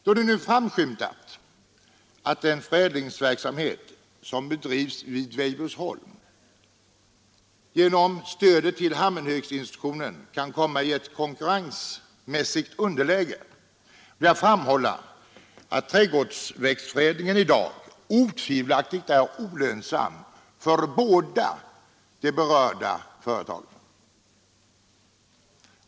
Då det nu framskymtat att den förädlingsverksamhet som bedrivs vid Weibullsholm genom stödet till Hammenhögsinstitutionen kan komma i ett konkurrensmässigt underläge, vill jag framhålla att trädgårdsförädlingen i dag otvivelaktigt är olönsam för båda de berörda företagen.